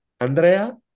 Andrea